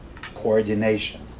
coordination